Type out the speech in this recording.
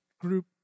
group